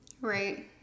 Right